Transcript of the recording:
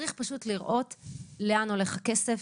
צריך פשוט לראות לאן הולך הכסף.